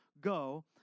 go